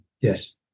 yes